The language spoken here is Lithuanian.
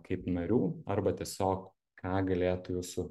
kaip narių arba tiesiog ką galėtų jūsų